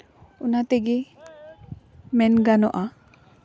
ᱚᱱᱟ ᱛᱮᱜᱮ ᱢᱮᱱ ᱜᱟᱱᱚᱜᱼᱟ